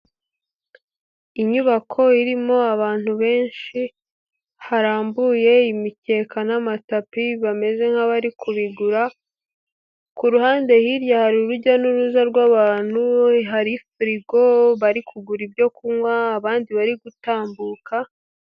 Inyubako irimo abantu benshi harambuye imikeka n'amatapi bameze nk'abari kubigura ku ruhande hirya hari urujya n'uruza rw'abantu hari firigo bari kugura ibyo kunywa abandi bari gutambuka.